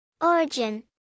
Origin